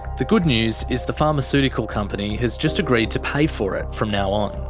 the good news is the pharmaceutical company has just agreed to pay for it from now on.